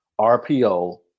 RPO